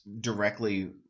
directly